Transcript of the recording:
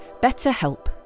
BetterHelp